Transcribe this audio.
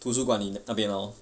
图书馆里那边 lor